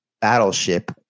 Battleship